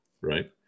right